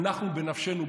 אנחנו בנפשנו,